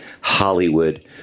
Hollywood